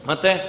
Mate